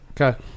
Okay